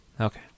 Okay